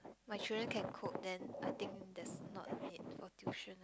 my children can cope then I think there's not need for tuition